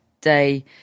day